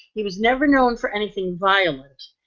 he was never known for anything violent.